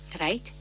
Right